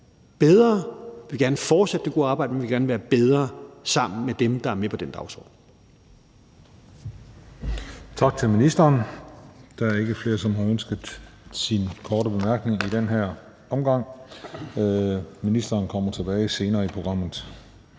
Vi vil jeg gerne fortsætte det gode arbejde, og vi vil gerne være bedre sammen med dem, der er med på den dagsorden. Kl. 13:47 Den fg. formand (Christian Juhl): Tak til ministeren. Der er ikke flere, som har ønsket korte bemærkninger i den her omgang. Ministeren kommer tilbage senere i programmet.